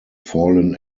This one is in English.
fallen